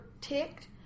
ticked